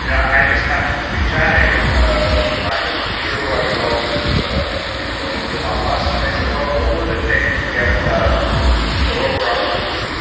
you know i just happen to be chatting over time with peter who i've known, with ah my friend elon musk, and i said, well, what would it take to get a rover on the moon?